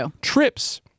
trips